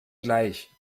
gleich